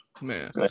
Man